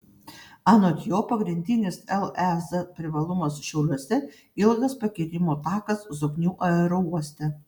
anot jo pagrindinis lez privalumas šiauliuose ilgas pakilimo takas zoknių aerouoste